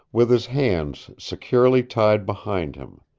with his hands securely tied behind him.